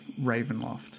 Ravenloft